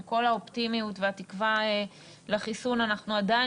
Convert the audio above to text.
עם כל האופטימיות והתקווה לחיסון אנחנו עדיין